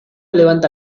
levanta